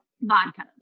Vodka